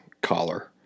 collar